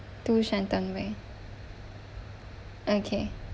to shenton way okay